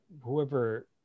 whoever